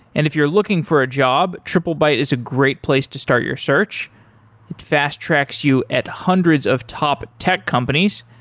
and if you're looking for a job, triplebyte is a great place to start your search. it fast tracks you at hundreds of top tech companies.